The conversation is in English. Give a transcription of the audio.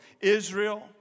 Israel